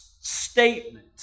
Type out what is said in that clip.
statement